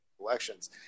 elections